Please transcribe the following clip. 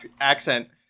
accent